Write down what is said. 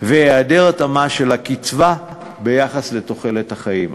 והיעדר התאמה של הקצבה ביחס לתוחלת החיים.